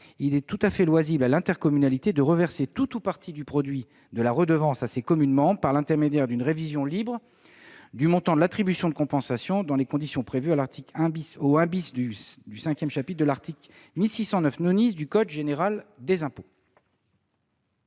il est loisible à l'intercommunalité de reverser tout ou partie du produit de la redevance à ses communes membres par l'intermédiaire d'une révision libre du montant de l'attribution de compensation, dans les conditions prévues au 1 du V de l'article 1609 C du code général des impôts.